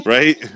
Right